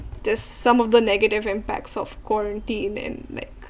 these some of the negative impacts of quarantine and like